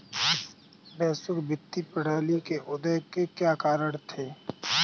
वैश्विक वित्तीय प्रणाली के उदय के क्या कारण थे?